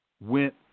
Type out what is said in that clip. went